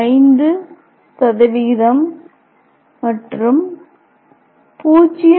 5 மற்றும் 0